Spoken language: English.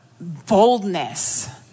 boldness